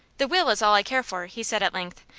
the will is all i care for, he said, at length.